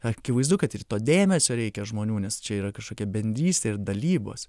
akivaizdu kad ir to dėmesio reikia žmonių nes čia yra kažkokia bendrystė ir dalybos